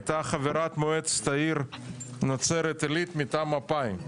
הייתה חברת מועצת העיר נצרת עילית מטעם מפא"י.